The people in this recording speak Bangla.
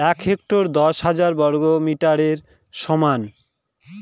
এক হেক্টর দশ হাজার বর্গমিটারের সমান